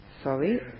Sorry